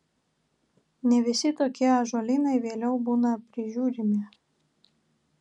ne visi tokie ąžuolynai vėliau būna prižiūrimi